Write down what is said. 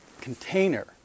container